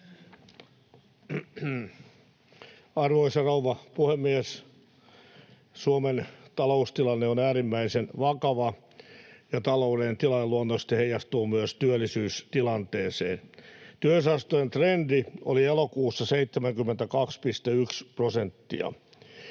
Arvoisa rouva puhemies! Suomen taloustilanne on äärimmäisen vakava, ja taloudellinen tilanne luonnollisesti heijastuu myös työllisyystilanteeseen. Työllisyysasteen trendi oli elokuussa 72,1 prosenttia.